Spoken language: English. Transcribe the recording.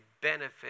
benefit